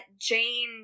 Jane